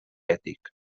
ètic